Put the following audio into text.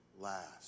last